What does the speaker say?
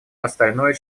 остальное